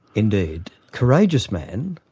indeed. courageous man,